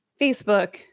Facebook